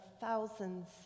thousands